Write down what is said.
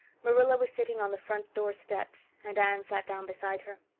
marilla was sitting on the front door-steps and anne sat down beside her.